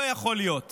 לא יכול להיות